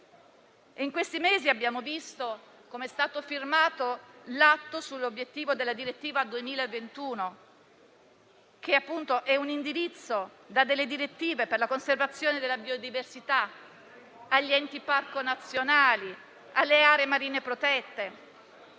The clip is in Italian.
In questi mesi abbiamo visto che è stato firmato l'atto sull'obiettivo della direttiva 2021, che dà degli indirizzi per la conservazione della biodiversità agli enti parco nazionali e alle aree marine protette.